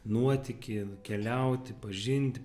nuotykį keliauti pažinti